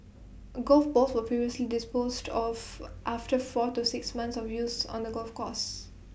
golf balls were previously disposed of after four to six months of use on the golf course